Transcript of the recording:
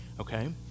okay